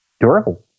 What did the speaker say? durable